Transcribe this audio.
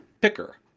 picker